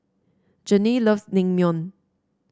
Janay loves Naengmyeon